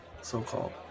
so-called